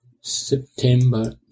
September